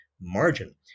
margin